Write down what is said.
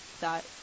that-